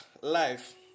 life